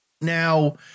Now